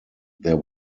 there